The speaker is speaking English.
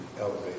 elevate